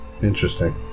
interesting